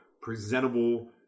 presentable